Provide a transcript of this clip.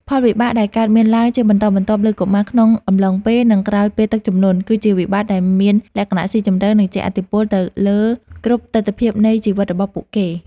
ផលវិបាកដែលកើតមានឡើងជាបន្តបន្ទាប់លើកុមារក្នុងអំឡុងពេល និងក្រោយពេលទឹកជំនន់ គឺជាវិបត្តិដែលមានលក្ខណៈស៊ីជម្រៅ និងជះឥទ្ធិពលទៅលើគ្រប់ទិដ្ឋភាពនៃជីវិតរបស់ពួកគេ។